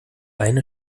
eine